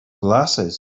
glasses